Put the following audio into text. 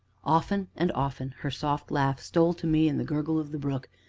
often and often her soft laugh stole to me in the gurgle of the brook,